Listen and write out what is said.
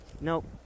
Nope